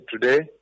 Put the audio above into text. today